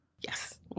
Yes